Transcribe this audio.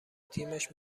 تیمش